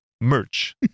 merch